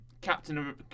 Captain